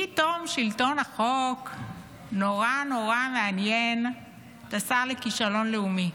פתאום שלטון החוק נורא נורא מעניין את השר לכישלון לאומי.